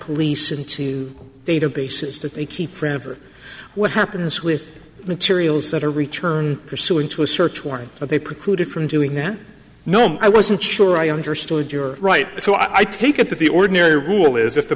police and databases that they keep forever what happens with materials that are returned pursuant to a search warrant but they precluded from doing that no i wasn't sure i understood your right so i take it that the ordinary rule is if the